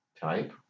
type